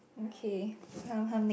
okay come come